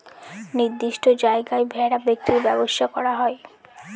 নির্দিষ্ট জায়গায় ভেড়া বিক্রির ব্যবসা করা হয়